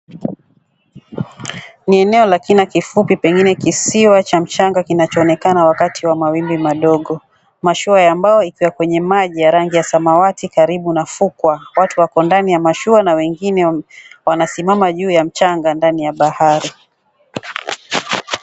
Ni eneo la kina kifupi pengine kisiwa cha mchanga kinachoonekana wakati wa mawimbi madogo. Mashua ya mbao ikiwa kwenye maji ya rangi ya samawati karibu na fukwa. Watu wako ndani ya mashua na wengine wanasimama juu ya mchanga ndani ya bahari.